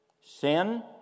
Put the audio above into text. Sin